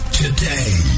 today